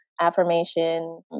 affirmation